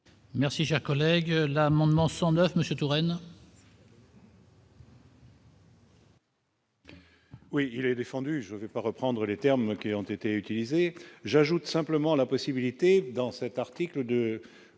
Merci Jacques Oleg l'amendement 109 Monsieur Touraine. Oui, il est défendu, je vais pas reprendre les termes qui ont été utilisés, j'ajoute simplement la possibilité, dans cet article de